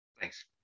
Thanks